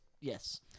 Yes